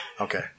Okay